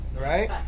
Right